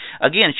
again